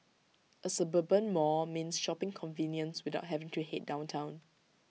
A suburban mall means shopping convenience without having to Head down Town